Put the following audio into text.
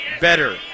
better